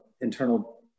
internal